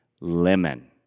Lemon